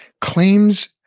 claims